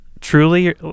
Truly